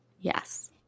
Yes